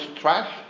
trash